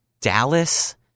Dallas